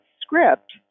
script